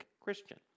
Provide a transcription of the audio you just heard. Christian